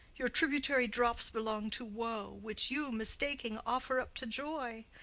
your tributary drops belong to woe, which you, mistaking, offer up to joy.